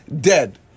dead